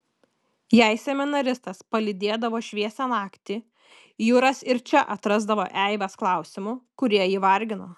jei seminaristas palydėdavo šviesią naktį juras ir čia atrasdavo eibes klausimų kurie jį vargino